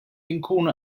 nkunu